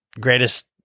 greatest